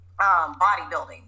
bodybuilding